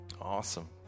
Awesome